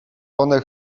one